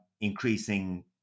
increasing